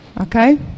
Okay